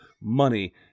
money